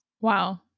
Wow